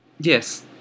Yes